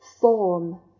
form